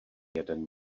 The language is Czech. jeden